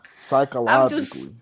psychologically